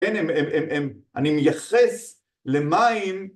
אני מייחס למים